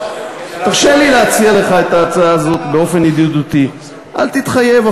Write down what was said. תרשה לי להציע לך את ההצעה הזאת באופן ידידותי: אל תתחייב.